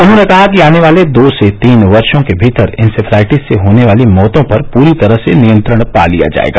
उन्होंने कहा कि आने वाले दो से तीन व के भीतर इन्सेफेलाइटिस से होने वाली मौतों पर पूरी तरह से नियंत्रण पा लिया जायेगा